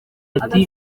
ati